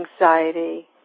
anxiety